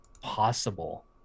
possible